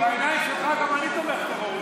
בעיניים שלך גם אני תומך טרור,